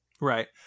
right